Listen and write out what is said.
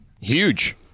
Huge